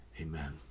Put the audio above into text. Amen